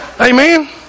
Amen